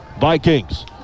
Vikings